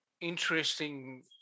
interesting